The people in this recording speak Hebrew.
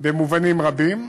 במובנים רבים,